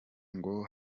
ngo